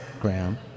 Graham